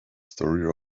stories